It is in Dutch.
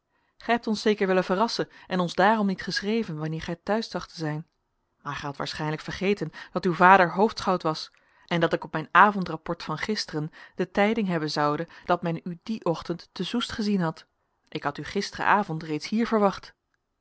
gij hebt ons zeker willen verrassen en ons daarom niet geschreven wanneer gij te huis dacht te zijn maar gij hadt waarschijnlijk vergeten dat uw vader hoofdschout was en dat ik op mijn avondrapport van gisteren de tijding hebben zoude dat men u dien ochtend te soest gezien had ik had u gisteravond reeds hier verwacht